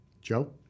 Joe